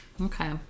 Okay